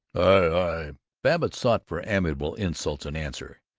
i babbitt sought for amiable insults in answer.